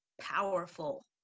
powerful